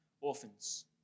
orphans